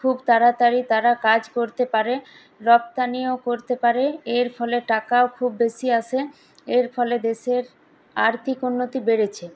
খুব তাড়াতাড়ি তারা কাজ করতে পারে রপ্তানিও করতে পারে এর ফলে টাকাও খুব বেশি আসে এর ফলে দেশের আর্থিক উন্নতি বেড়েছে